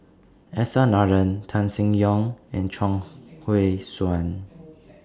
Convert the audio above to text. S R Nathan Tan Seng Yong and Chuang Hui Tsuan